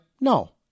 No